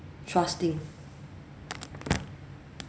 trusting